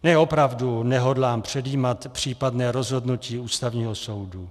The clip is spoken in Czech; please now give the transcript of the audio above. Ne, opravdu, nehodlám předjímat případné rozhodnutí Ústavního soudu.